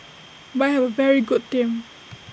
but I have A very good team